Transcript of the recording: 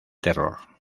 terror